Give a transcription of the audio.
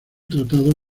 tratado